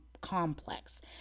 complex